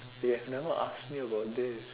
you have never asked me about this